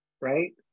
right